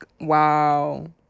wow